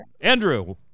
Andrew